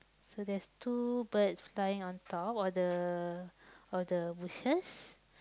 so there's two birds flying on top of the of the bushes